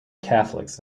catholics